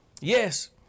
Yes